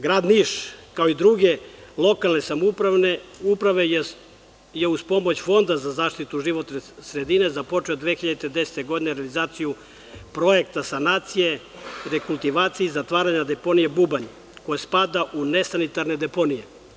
Grad Niš, kao i druge lokalne samouprave je uz pomoć fonda za zaštitu životne sredine započeo 2010. godine realizaciju projekta sanacije, dekultivacije i zatvaranja deponije Bubanj, koja spada u nesanitarne deponije.